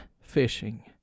fishing